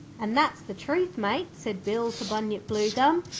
and that's the truth, mate said bill to bunyip bluegum.